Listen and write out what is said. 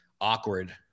awkward